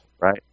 Right